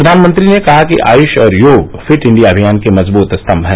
प्रधानमंत्री ने कहा है कि आयुष और योग फिट इंडिया अभियान के मजबूत स्तम्भ हैं